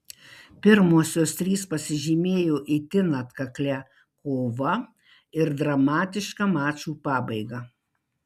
pirmosios trys pasižymėjo itin atkaklia kova ir dramatiška mačų pabaiga